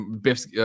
Biff's